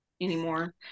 anymore